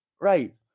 Right